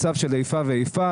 מצב של איפה ואיפה.